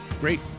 Great